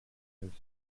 have